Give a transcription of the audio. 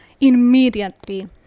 immediately